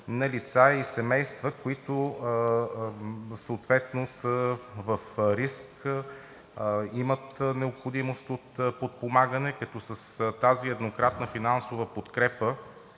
на лица и семейства, които съответно са в риск, имат необходимост от подпомагане. С тази еднократна финансова подкрепа